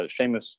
Seamus